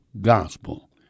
gospel